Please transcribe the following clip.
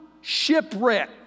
shipwreck